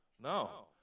No